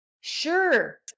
sure